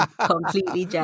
completely